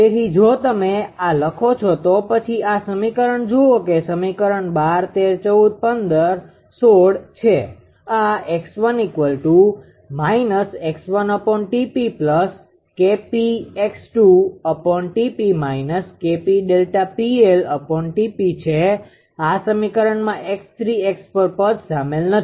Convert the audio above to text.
તેથી જો તમે આ લખો છો તો પછી આ સમીકરણો જુઓ કે જે સમીકરણ 12 13 14 અને 16 છે આ છે આ સમીકરણમાં 𝑥3 𝑥4 પદ સામેલ નથી